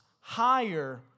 higher